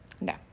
No